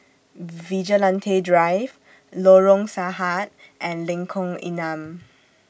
Vigilante Drive Lorong Sahad and Lengkong Enam